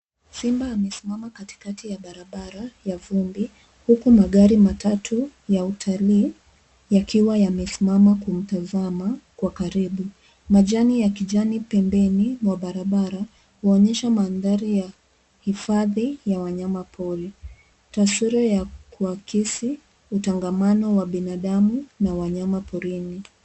Simba amesimama katikati ya barabara ya vumbi huku magari matatu ya utalii yakiwa yamesimama kumtazama Kwa karibu. Majani ya kijani pembeni mwa barabara huonyesha mandhari ya hifadhi ya wanyamapori. Taswira ya kuakisi utengamano wa binadamu na wanyama porini.